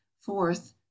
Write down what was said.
fourth